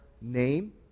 name